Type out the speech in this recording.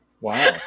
Wow